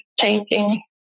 changing